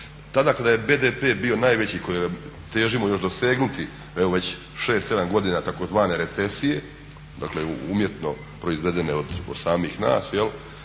Tada kada je BDP bio najveći kojega težimo još dosegnuti evo već šest, sedam godina tzv. recesije, dakle umjetno proizvedene od samih nas i